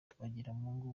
twagiramungu